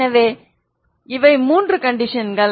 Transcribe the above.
எனவே இவை மூன்று கண்டிஷன்கள்